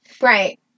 right